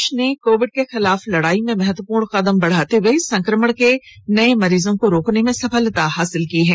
देश ने कोविड के खिलाफ लड़ाई में महत्वपूर्ण कदम बढ़ाते हुए संक्रमण के नए मरीजों को रोकने में सफलता प्राप्त की है